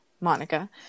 monica